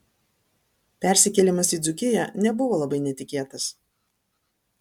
persikėlimas į dzūkiją nebuvo labai netikėtas